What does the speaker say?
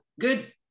Good